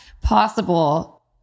possible